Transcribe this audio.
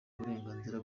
uburenganzira